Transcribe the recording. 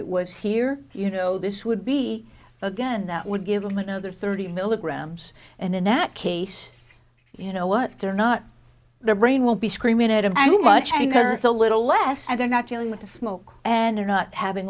it was here you know this would be again that would give them another thirty milligrams and in that case you know what they're not the brain will be screaming at him i mean much because it's a little less and they're not dealing with the smoke and they're not having